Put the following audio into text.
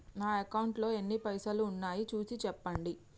నా అకౌంట్లో ఎన్ని పైసలు ఉన్నాయి చూసి చెప్పండి?